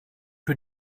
für